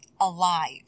alive